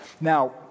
Now